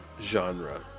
genre